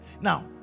Now